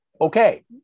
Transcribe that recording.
okay